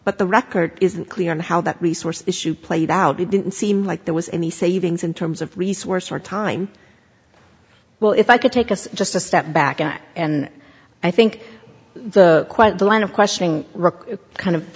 but the record isn't clear on how that resource issue played out it didn't seem like there was any savings in terms of resources or time well if i could take us just a step back and i think the quite the line of questioning kind of